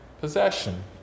possession